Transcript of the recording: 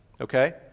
Okay